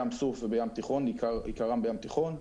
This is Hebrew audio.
ים סוף ועיקרם בים תיכון,